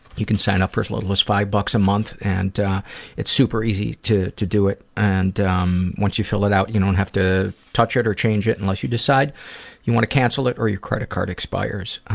you can sign up for as little as five bucks a month and it's super easy to to do it and um once you fill it out you don't have to touch it or change it unless you decide you want to cancel it or your credit card expires.